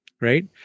right